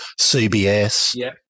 CBS